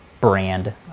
brand